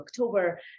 October